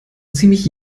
ziemlich